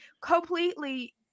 completely